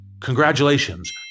congratulations